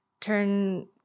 turn